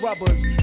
rubbers